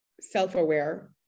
self-aware